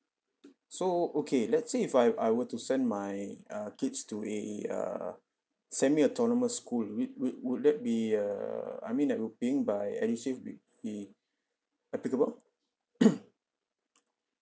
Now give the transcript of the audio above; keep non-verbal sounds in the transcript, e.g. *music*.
so okay let's say if I I were to send my uh kids to a err semi autonomous school will will would that be err I mean that would paying by edusave be be applicable *coughs*